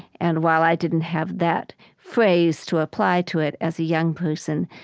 and while i didn't have that phrase to apply to it as a young person,